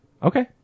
Okay